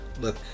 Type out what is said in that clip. look